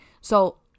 So-